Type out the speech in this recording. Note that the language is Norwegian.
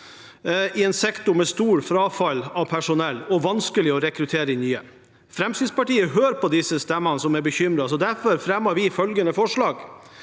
i en sektor med stort frafall av personell og der det er vanskelig å rekruttere nye. Fremskrittspartiet hører på de stemmene som er bekymret, og derfor fremmer vi følgende forslag: